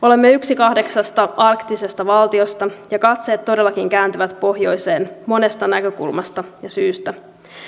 olemme yksi kahdeksasta arktisesta valtiosta ja katseet todellakin kääntyvät pohjoiseen monesta näkökulmasta ja syystä